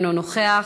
אינו נוכח,